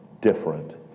different